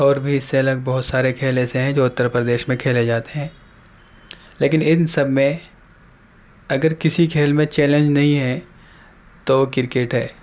اور بھی اس سے الگ بہت سارے کھیل ایسے ہیں جو اتر پردیش میں کھیلے جاتے ہیں لیکن ان سب میں اگر کسی کھیل میں چیلنج نہیں ہے تو کرکٹ ہے